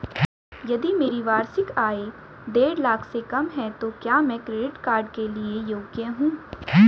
यदि मेरी वार्षिक आय देढ़ लाख से कम है तो क्या मैं क्रेडिट कार्ड के लिए योग्य हूँ?